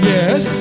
Yes